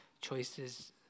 choices